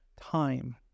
time